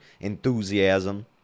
enthusiasm